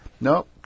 nope